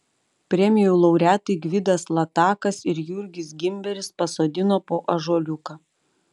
premijų laureatai gvidas latakas ir jurgis gimberis pasodino po ąžuoliuką